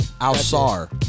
Al-Sar